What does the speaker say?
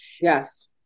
yes